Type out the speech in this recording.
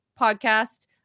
podcast